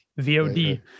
VOD